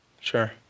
Sure